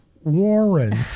Warren